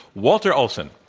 walter olson.